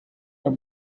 are